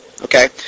Okay